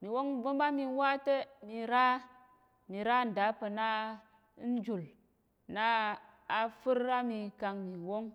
miwong pa̱ ɓa mi wa te mi ra mira nda pa̱ na njùl na afir ami kang mi wong.